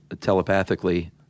telepathically